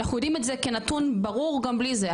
אנחנו יודעים את זה כנתון ברור גם בלי זה.